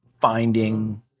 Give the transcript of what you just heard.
finding